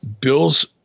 Bill's